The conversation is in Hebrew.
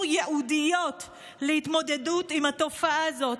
ייעודיות להתמודדות עם התופעה הזאת,